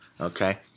Okay